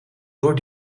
door